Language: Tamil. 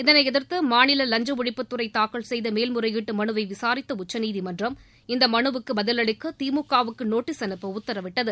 இதனை எதிர்த்து மாநில லஞ்ச ஒழிப்புத் துறை தாக்கல் செய்த மேல்முறையீட்டு மனுவை விசாரித்த உச்சநீதிமன்றம் இந்த மனுவுக்கு பதிலளிக்க திமுகவுக்கு நோட்டீஸ் அனுப்ப உத்தரவிட்டது